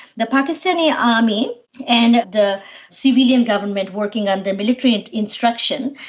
the pakistani army and the civilian government working under military and instruction,